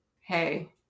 Hey